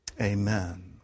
Amen